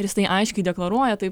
ir jis tai aiškiai deklaruoja taip